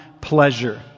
pleasure